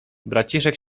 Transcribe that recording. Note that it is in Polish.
braciszek